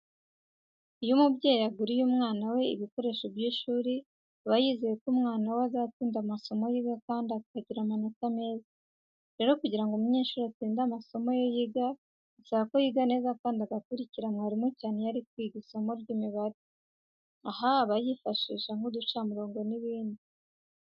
Iyo umubyeyi aguriye umwana we ibikoresho by'ishuri aba yizeye ko umwana we azatsinda amasomo yiga kandi akagira amanota meza. Rero kugira ngo umunyeshuri atsinde amasomo ye yiga bisaba ko yiga neza kandi agakurikira mwarimu cyane iyo ari kwiga isomo ry'imibare, aho aba yifashisha nk'uducamurongo n'ibindi.